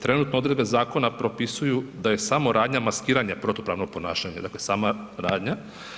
Trenutne odredbe zakona propisuju da je samo radnja maskiranja protupravno ponašanje, dakle sama radnja.